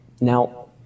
Now